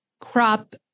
crop